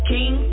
King